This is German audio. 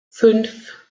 fünf